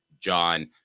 John